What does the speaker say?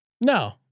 No